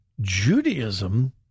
Judaism